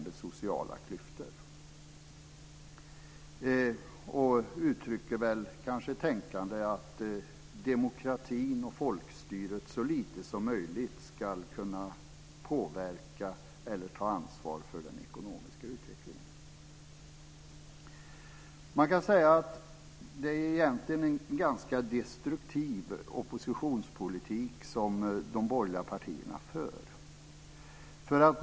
Det kanske är ett uttryck för tänkandet att demokratin och folkstyret så lite som möjligt ska kunna påverka eller ta ansvar för den ekonomiska utvecklingen. Man kan säga att det egentligen är en ganska destruktiv oppositionspolitik som de borgerliga partierna för.